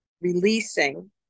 releasing